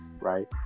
Right